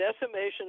decimation